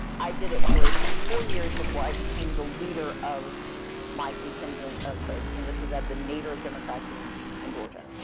i did it for four years before i became the leader of my contingent of folks. and this was at the nadir of democrats and in georgia.